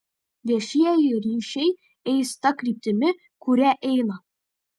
viešieji ryšiai eis ta kryptimi kuria eina